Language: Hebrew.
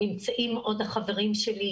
נמצאים החברים שלי,